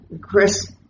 Chris